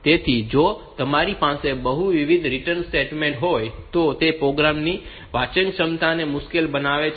તેથી જો તમારી પાસે બહુવિધ રિટર્ન સ્ટેટમેન્ટ્સ હોય તો તે પ્રોગ્રામ ની વાંચનક્ષમતાને મુશ્કેલ બનાવે છે